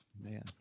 man